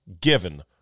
given